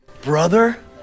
Brother